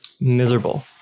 miserable